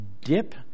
dip